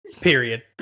Period